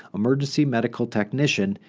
emergency medical technician,